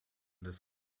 des